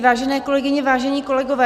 Vážené kolegyně, vážení kolegové.